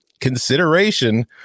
consideration